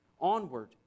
onward